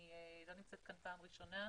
אני לא נמצאת כאן פעם ראשונה,